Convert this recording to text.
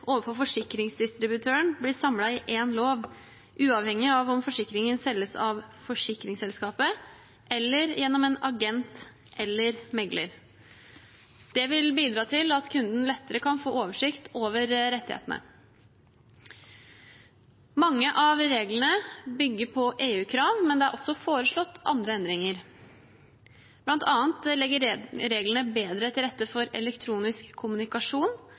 overfor forsikringsdistributøren bli samlet i én lov, uavhengig av om forsikringen selges av forsikringsselskapet eller gjennom en agent eller megler. Det vil bidra til at kunden lettere kan få oversikt over rettighetene. Mange av reglene bygger på EU-krav, men det er også foreslått andre endringer. Blant annet legger reglene bedre til rette for elektronisk kommunikasjon